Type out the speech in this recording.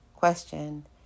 question